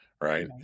right